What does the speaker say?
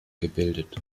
gebildet